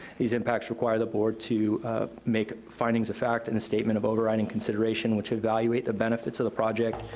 these impacts require the board to make findings of fact in the statement of overriding consideration, which evaluate the benefits of the project